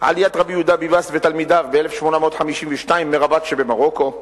עליית רבי יהודה ביבאס ותלמידיו ב-1852 מרבאט שבמרוקו,